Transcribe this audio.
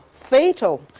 fatal